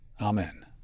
amen